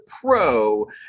Pro